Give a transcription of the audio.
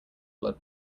blood